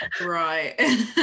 Right